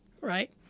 Right